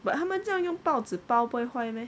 but 他们这样用报纸包不会坏 meh